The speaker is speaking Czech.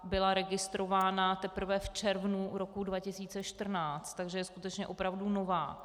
Byla registrována teprve v červnu roku 2014, takže je skutečně opravdu nová.